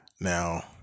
Now